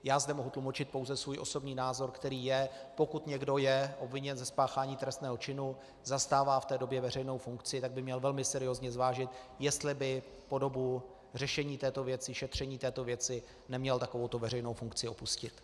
Já zde mohu tlumočit pouze svůj osobní názor, který je, pokud někdo je obviněn ze spáchání trestného činu, zastává v té době veřejnou funkci, tak by měl velmi seriózně zvážit, jestli by po dobu řešení této věci, šetření této věci, neměl takovouto veřejnou funkci opustit.